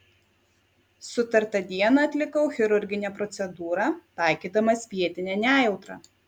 sutartą dieną atlikau chirurginę procedūrą taikydamas vietinę nejautrą